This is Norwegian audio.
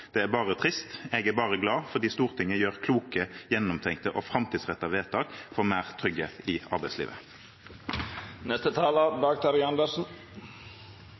Det er bare trist. Jeg er bare glad fordi Stortinget gjør kloke, gjennomtenkte og framtidsrettede vedtak for mer trygghet i arbeidslivet. Ja, det er en gledelig dag